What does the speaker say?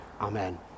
Amen